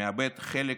שמאבד חלק